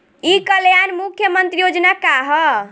ई कल्याण मुख्य्मंत्री योजना का है?